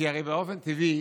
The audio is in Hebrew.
כי הרי באופן טבעי